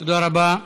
תודה רבה.